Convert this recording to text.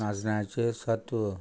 नाचण्याचे सत्व